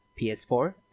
PS4